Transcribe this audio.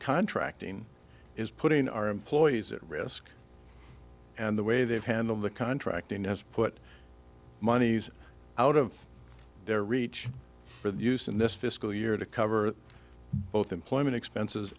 contracting is putting our employees at risk and the way they've handled the contracting is put monies out of their reach for the use in this fiscal year to cover both employment expenses